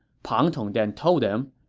pang tong then told them,